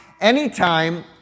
Anytime